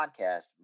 podcast